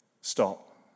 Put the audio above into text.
stop